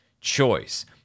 choice